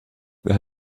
where